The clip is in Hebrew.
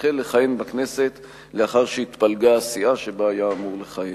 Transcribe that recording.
שהחל לכהן בכנסת לאחר שהתפלגה הסיעה שבה היה אמור לכהן.